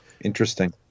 Interesting